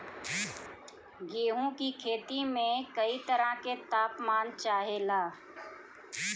गेहू की खेती में कयी तरह के ताप मान चाहे ला